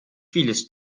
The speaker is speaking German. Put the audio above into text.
vieles